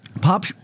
pop